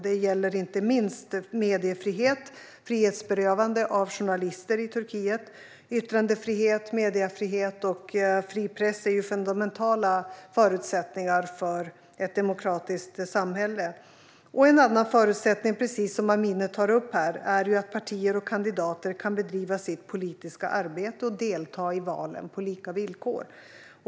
Det gäller inte minst mediefrihet och frihetsberövande av journalister i Turkiet. Yttrandefrihet, mediefrihet och fri press är fundamentala förutsättningar för ett demokratiskt samhälle. En annan förutsättning, precis som Amineh tar upp, är att partier och kandidater kan bedriva sitt politiska arbete och delta i valen på lika villkor.